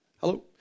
Hello